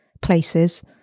places